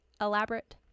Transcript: elaborate